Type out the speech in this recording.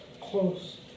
close